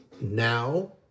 now